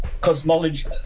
cosmology